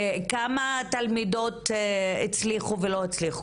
כמה תלמידות הצליחו ולא הצליחו,